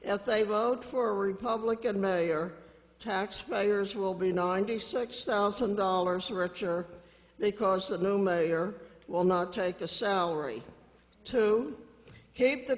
they vote for republican mayor taxpayers will be ninety six thousand dollars richer they cause the new mayor will not take a salary to keep the